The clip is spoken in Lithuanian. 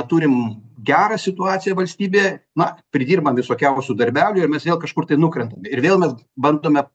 turim gerą situaciją valstybėje na pridirbam visokiausių darbelių ir mes vėl kažkur tai nukrentam ir vėl mes bandome